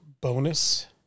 bonus